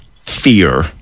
fear